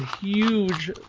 huge